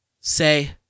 Say